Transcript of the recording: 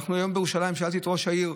היום בירושלים שאלתי את ראש העיר: